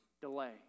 delay